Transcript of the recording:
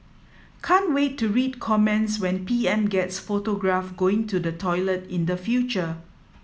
can't wait to read comments when P M gets photographed going to the toilet in the future